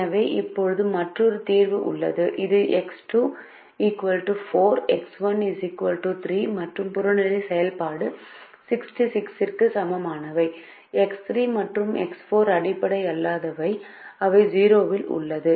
எனவே இப்போது மற்றொரு தீர்வு உள்ளது இது X2 4 X1 3 மற்றும் புறநிலை செயல்பாடு 66 க்கு சமமானவை X3 மற்றும் X4 அடிப்படை அல்லாதவை அவை 0 இல் உள்ளன